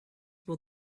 will